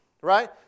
right